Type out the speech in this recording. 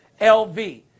LV